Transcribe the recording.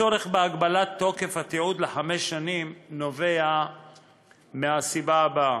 הצורך בהגבלת תוקף התיעוד לחמש שנים נובע מהסיבה הבאה: